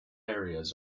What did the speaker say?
areas